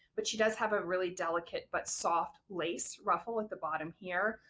but she does have a really delicate but soft lace ruffle at the bottom here,